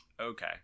Okay